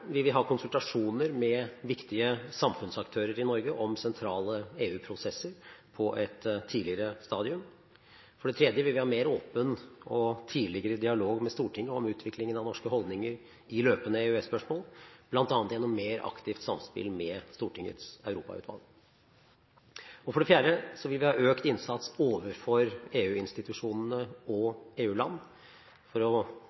vil vi ha konsultasjoner med viktige samfunnsaktører i Norge om sentrale EU-prosesser på et tidligere stadium. For det tredje vil vi ha mer åpen og tidligere dialog med Stortinget om utviklingen av norske holdninger i løpende EØS-spørsmål, bl.a. gjennom mer aktivt samspill med Stortingets europautvalg. For det fjerde vil vi ha økt innsats overfor EU-institusjonene og EU-land både for å